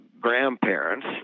grandparents